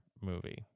movie